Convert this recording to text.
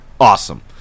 awesome